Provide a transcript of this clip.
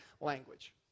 language